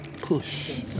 Push